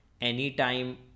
anytime